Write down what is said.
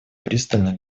пристально